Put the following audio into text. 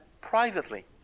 privately